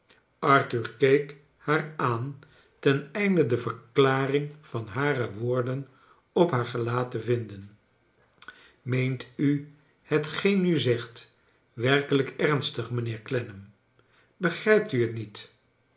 arthur keek haar aan ten einde de verklaring van hare woorden op haar gelaat te vinden jjmeent u hetgeen u zegt werkelijk ernstig mijnheer clennam begrijpt u het niet